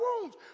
wounds